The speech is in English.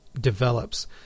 develops